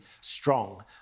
strong